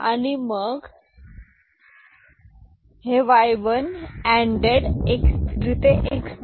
आणि मग हे y 1 अँड्ड x 3 ते x 0